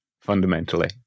fundamentally